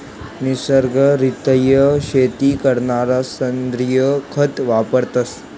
नैसर्गिक रित्या शेती करणारा सेंद्रिय खत वापरतस